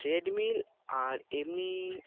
treadmill আর এমনি